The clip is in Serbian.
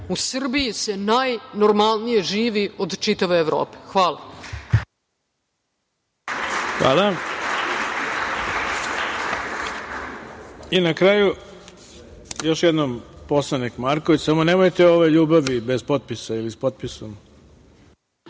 u Srbiji se najnormalnije živi od čitave Evrope. Hvala. **Ivica Dačić** I na kraju, još jednom poslanik Marković, samo nemojte o ovoj ljubavi bez potpisa ili sa potpisom.